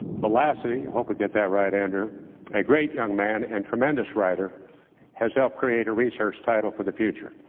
velasity, hope i get that right, and a great young man and tremendous writer has helped create a research title for the future.